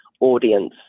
audience